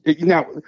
now